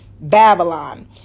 Babylon